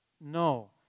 No